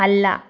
അല്ല